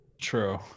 True